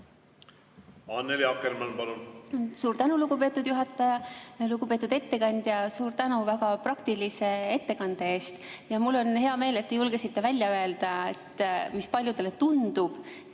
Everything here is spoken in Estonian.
Annely Akkermann, palun! Suur tänu, lugupeetud juhataja! Lugupeetud ettekandja, suur tänu väga praktilise ettekande eest! Mul on hea meel, et te julgesite välja öelda [kahtluse], mis paljudel on: